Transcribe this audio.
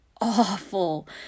awful